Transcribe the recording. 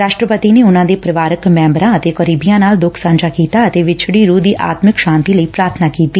ਰਾਸਟਰਪਤੀ ਨੇ ਉਨੂਾਂ ਦੇ ਪਰਿਵਾਰਕ ਮੈਬਰਾ ਅਤੇ ਕਰੀਬੀਆਂ ਨਾਲ ਦੂੱਖ ਸਾਂਝਾ ਕੀਤਾ ਅਤੇ ਵਿਛੜੀ ਰੁਹ ਦੀ ਆਤਮਿਕ ਸ਼ਾਂਤੀ ਲਈ ਪੁਾਰਬਨਾ ਕੀਤੀ